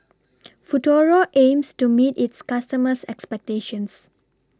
Futuro aims to meet its customers' expectations